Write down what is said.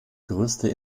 größte